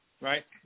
right